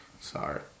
Sorry